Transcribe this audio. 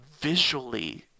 visually